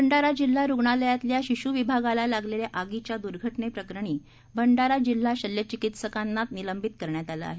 भंडारा जिल्हा रुग्णालयातल्या शिश् विभागाला लागलेल्या आगीच्या दुर्घटने प्रकरणी भंडारा जिल्हा शल्य चिकित्सक यांना निलंबित करण्यात आलं आहे